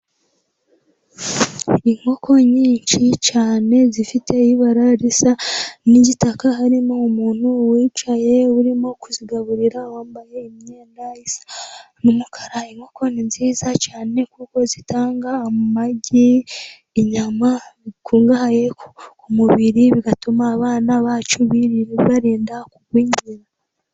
Inkoko nyinshi cyane zifite ibara risa n'igitaka, harimo umuntu wicaye urimo kuzigaburira wambaye imyenda isa n'umukara, inkoko ni nziza cyane kuko zitanga amagi, inyama bikungahaye kuntunga mubiri bigatuma abana bacu bibarinda kugwingira.